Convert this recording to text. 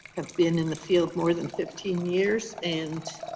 have been in the field more than fifteen years. and